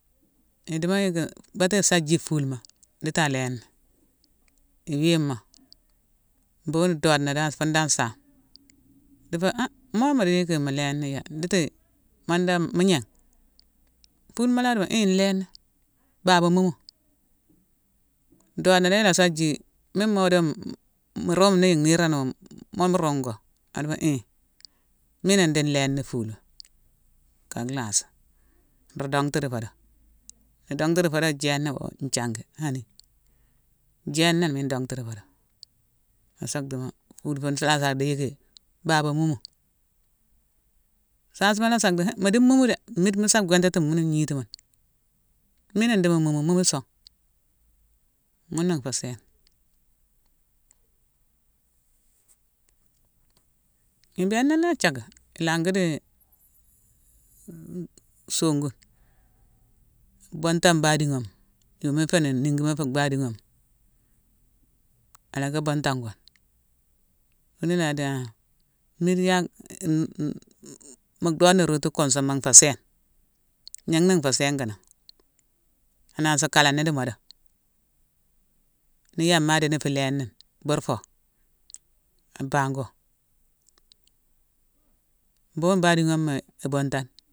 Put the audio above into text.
Idumo yicki baté issa jii fulma, nditi aléin ni. I wime mo, mbhughune ndodena dan fune dan saame. Dhiffo han mola mu dhiicki mu léin ni ya iditi moodane mu gnéghe. Fulma la dimo hii nléin ni, baba mumu. Ndodena dan ilassa jii mi modeune-m-m, mu ruumume ni yéé nhiironow-m-mola mu ruume go, adimo hii mhiina ndi nléin ni fulma, ka lhassi. Nruu donghtu di fodo. Ni donghtu di fodo jééna wo nthiangi; han ni. Jééna la miine ndonghtu di fodo. Assa dimo, fule fune sacka dhi ki: baba mumu. Saasima lhassa dhii; han mu di mumu dé, miide musa gwintatimi mune ngnitimune. Miina ndimo mu mumu, mumu song. Ghuna nfé sééne. I bééna na thiackame, lhangi di-n-n-nsoogune, buntane baadighome ma. yooma iféni ningima fu bhadighome ma. Ala ka buntango. Wune ila di dan, mmide yack-n-n-n-mu doodena rootu kunsuma, nfé sééne. Gnana nfé séingana. Anansi kalan ni di modo. Ni yéma adini fu léin ni, burfo, abango. Bughune baadighome ma i buntane